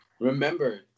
remember